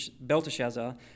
Belteshazzar